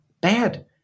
bad